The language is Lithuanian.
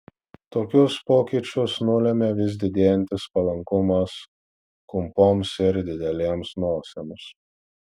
tokius pokyčius nulėmė vis didėjantis palankumas kumpoms ir didelėms nosims